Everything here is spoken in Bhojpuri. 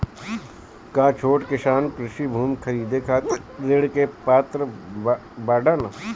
का छोट किसान कृषि भूमि खरीदे खातिर ऋण के पात्र बाडन?